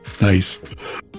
Nice